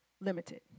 limited